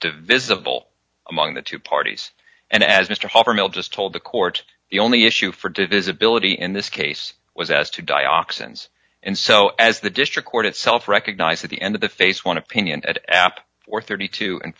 divisible among the two parties and as mr harper mill just told the court the only issue for divisibility in this case was asked to dioxins and so as the district court itself recognized at the end of the face one opinion at app or thirty two